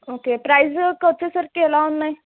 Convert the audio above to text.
okay ప్రైజుకు వచ్చేసరికి ఎలా ఉన్నాయి